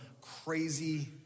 crazy